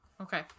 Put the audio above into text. okay